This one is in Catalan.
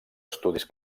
estudis